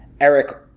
Eric